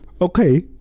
okay